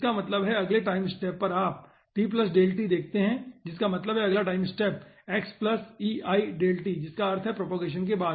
इसका मतलब है अगले टाइम स्टेप पर आप देखते है जिसका मतलब है अगला टाइम स्टेप और जिसका अर्थ है प्रोपोगेशन के बाद